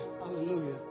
hallelujah